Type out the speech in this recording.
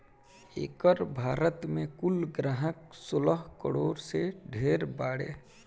एकर भारत मे कुल ग्राहक सोलह करोड़ से ढेर बारे